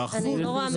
אני לא רואה מניעה.